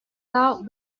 thought